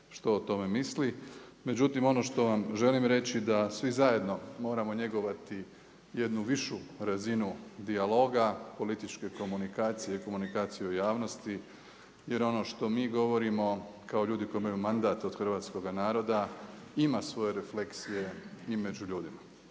što o tome misli. Međutim, ono što vam želim reći da svi zajedno moramo njegovati jednu višu razinu dijaloga, političke komunikacije, komunikaciju javnosti. Jer ono što mi govorimo kao ljudi koji imaju mandat od hrvatskoga naroda ima svoje refleksije i među ljudima.